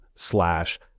slash